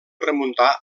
remuntar